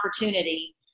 opportunity